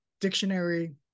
dictionary